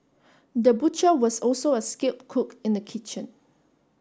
the butcher was also a skilled cook in the kitchen